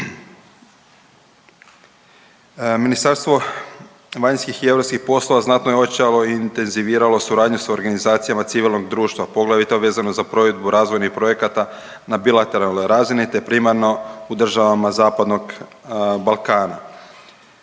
Ministarstvo vanjskih i europskih poslova znatno je ojačalo i intenziviralo suradnju s organizacijama civilnog društva poglavito vezano za provedbu razvojnih projekata na bilateralnoj razini te primarno u državama Zapadnog Balkana.